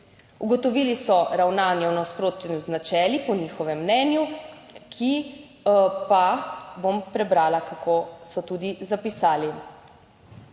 Ugotovili so ravnanje v nasprotju z načeli po njihovem mnenju, ki pa, bom prebrala, kako so tudi zapisali: